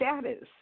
status